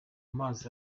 mazi